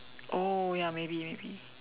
oh ya maybe maybe